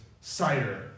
cider